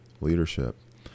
leadership